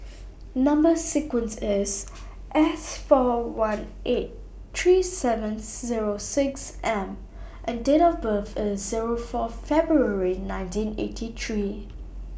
Number sequence IS S four one eight three seven Zero six M and Date of birth IS Zero four February nineteen eighty three